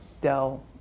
Dell